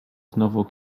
znowu